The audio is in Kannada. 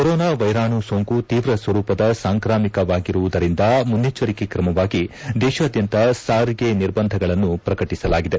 ಕೊರೋನಾ ವೈರಾಣು ಸೊಂಕು ತೀವ್ರ ಸ್ವರೂಪದ ಸಾಂಕಾಮಿಕವಾಗಿರುವುದರಿಂದ ಮುನ್ನೆಚ್ಚರಿಕೆ ಕ್ರಮವಾಗಿ ದೇಶಾದ್ಯಂತ ಸಾರಿಗೆ ನಿರ್ಬಂಧಗಳನ್ನು ಪ್ರಕಟಿಸಲಾಗಿದೆ